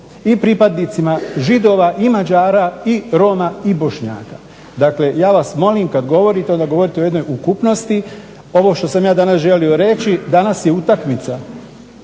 i pripadnicima Židova i Mađara i Roma i Bošnjaka. Dakle, ja vas molim kada govorite da govorite u jednoj ukupnosti. Ovo što sam ja danas želio reći, danas je utakmica